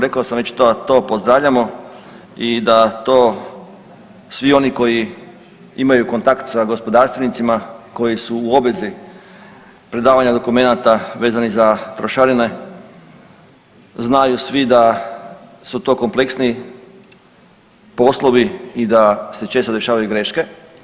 Rekao sam da to pozdravljamo i da to svi oni koji imaju kontakt sa gospodarstvenicima koji su u obvezi predavanja dokumenata vezanih za trošarine znaju svi da su to kompleksni poslovi i da se često dešavaju greške.